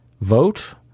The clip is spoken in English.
vote